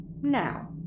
Now